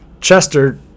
Chester